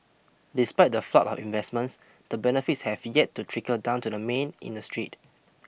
despite the flood of investments the benefits have yet to trickle down to the main in the street